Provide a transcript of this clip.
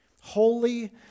holy